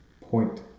point